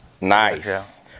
Nice